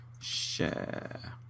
share